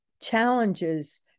challenges